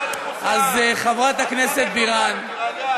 אז, חברת הכנסת בירן, תירגע.